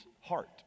heart